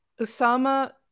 Osama